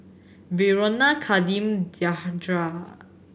Verona Kadeem Diandra